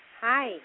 Hi